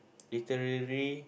literary